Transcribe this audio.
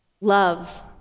Love